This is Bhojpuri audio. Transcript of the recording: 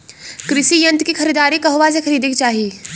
कृषि यंत्र क खरीदारी कहवा से खरीदे के चाही?